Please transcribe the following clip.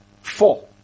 Four